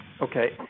Okay